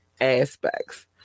aspects